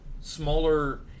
smaller